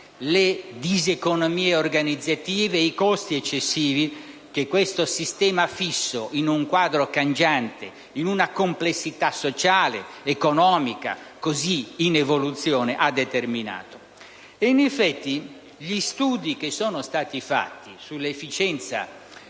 le diseconomie organizzative e i costi eccessivi che questo sistema fisso, in un quadro cangiante, in una complessità sociale ed economica così in evoluzione, ha determinato. In effetti, gli studi fatti sull'efficienza